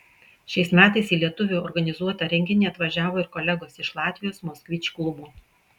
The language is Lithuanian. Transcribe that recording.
šiais metais į lietuvių organizuotą renginį atvažiavo ir kolegos iš latvijos moskvič klubo